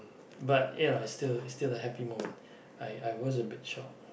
but you know it's still still a happy moment I I was a bit shocked